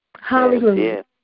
Hallelujah